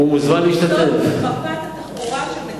זאת מפת התחבורה של מדינת ישראל.